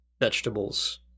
vegetables